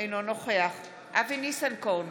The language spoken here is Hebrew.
אינו נוכח אבי ניסנקורן,